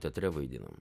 teatre vaidinom